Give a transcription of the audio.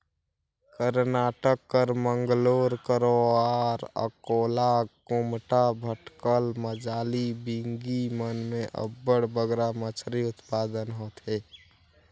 करनाटक कर मंगलोर, करवार, अकोला, कुमटा, भटकल, मजाली, बिंगी मन में अब्बड़ बगरा मछरी उत्पादन होथे